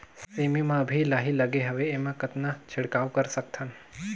सेमी म अभी लाही लगे हवे एमा कतना छिड़काव कर सकथन?